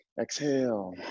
Exhale